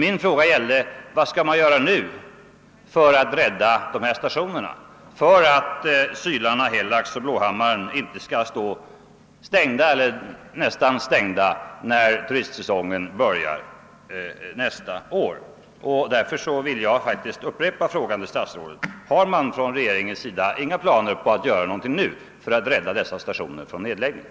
Min fråga gällde: Vad skall man göra nu för att rädda dessa stationer, för att Sylarna, Helags och Blåhammaren inte skall stå stängda eller nästan stängda, när turistsäsongen börjar nästa år? Jag vill fråga statsrådet: Har man från regeringens sida inga planer på att göra någonting nu för att rädda dessa stationer från nedläggning?